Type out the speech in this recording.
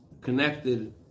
connected